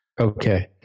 Okay